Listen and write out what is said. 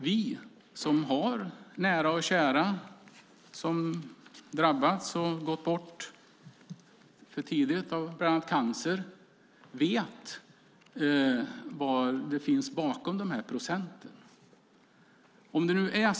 Vi som har nära och kära som drabbats av bland annat cancer och gått bort för tidigt vet vad som finns bakom dessa procentsatser.